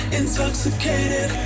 intoxicated